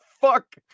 fuck